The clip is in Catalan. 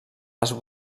les